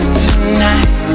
tonight